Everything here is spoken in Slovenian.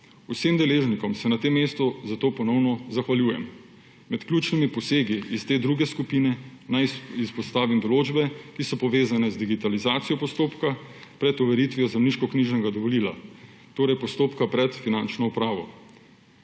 Vsem deležnikom se na tem mestu za to ponovno zahvaljujem. Med ključnimi posegi iz te druge skupine naj izpostavim določbe, ki so povezane z digitalizacijo postopka pred overitvijo zemljiškoknjižnega dovolila, torej postopka pred Finančno upravo.